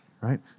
Right